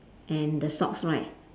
and the socks right